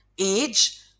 age